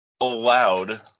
allowed